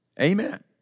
Amen